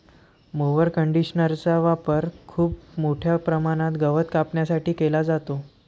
mower कंडिशनरचा वापर खूप मोठ्या प्रमाणात गवत कापण्यासाठी केला जातो